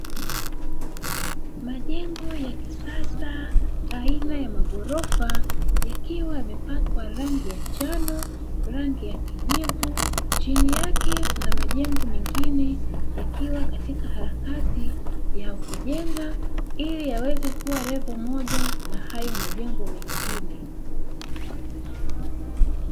Majengo ya kisasa aina ya maghorofa, yakiwa yamepakwa rangi ya njano, rangi ya kijivu; chini yake kuna majengo mengine yakiwa katika harakati ya kujenga ili yaweze kuwa levo moja na hayo majengo mengine.